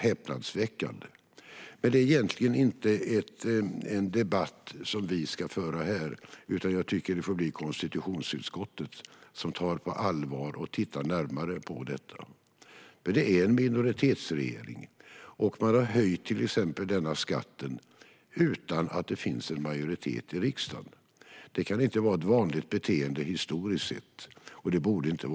Men den debatten ska egentligen inte vi föra här. Jag tycker att konstitutionsutskottet får ta detta på allvar och titta närmare på det hela. Regeringen är en minoritetsregering. Den har höjt exempelvis denna skatt utan att det finns någon majoritet för det här i riksdagen. Historiskt sett kan detta inte vara ett vanligt beteende. Det borde inte vara det nu heller.